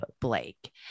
Blake